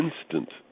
instant